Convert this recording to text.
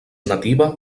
nativa